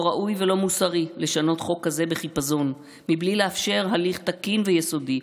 לא ראוי ולא מוסרי לשנות חוק כזה בחיפזון מבלי לאפשר הליך תקין ויסודי,